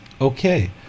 Okay